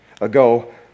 ago